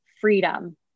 freedom